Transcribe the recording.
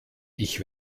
ich